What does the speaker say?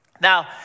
Now